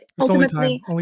ultimately